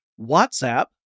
WhatsApp